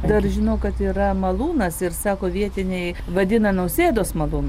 dar žinau kad yra malūnas ir sako vietiniai vadina nausėdos malūnu